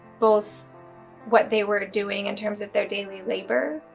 both what they were doing in terms of their daily labor,